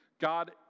God